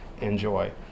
enjoy